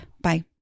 Bye